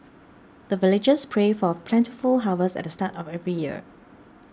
the villagers pray for plentiful harvest at the start of every year